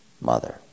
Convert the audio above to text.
mother